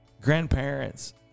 grandparents